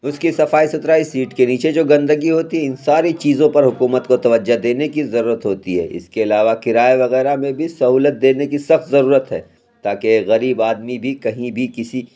اُس كی صفائی سُتھرائی سیٹ كے نیچے جو گندگی ہوتی اِن ساری چیزوں پر حكومت كو توجہ دینے كی ضرورت ہوتی ہے اِس كے علاوہ كرایہ وغیرہ میں بھی سہولت دینے کی سخت ضرورت ہے تاکہ ایک غریب آدمی بھی کہیں بھی کسی